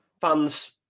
fans